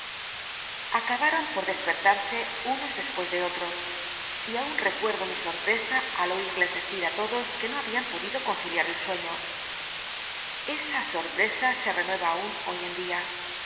acabaron por despertarse unos despucs do otros y aun recuerdo mi sorprcsa al oil'les decir ü lodos qué no habjan podido conciliat el sueño esa sorpresa se renueva aun hoy en día